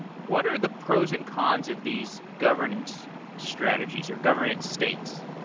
what are the pros and cons of these governance strategies, or governance states?